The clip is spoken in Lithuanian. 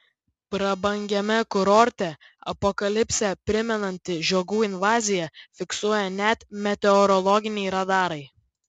prabangiame kurorte apokalipsę primenanti žiogų invazija fiksuoja net meteorologiniai radarai